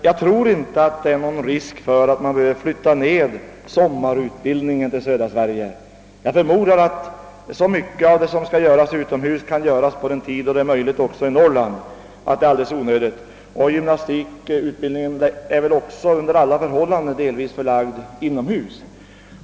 Jag tror inte att det är någon risk för att man skulle behöva flytta ned sommarutbildningen från Umeå till södra Sverige. Jag förmodar att så mycket av det som skall göras utomhus kan förläggas till den tid, då det är möjligt att genomföra dessa moment även i Norrland, att detta blir onödigt. Gymnastikutbildningen är väl dessutom under alla förhållanden delvis förlagd inomhus.